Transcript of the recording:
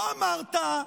לא אמרת: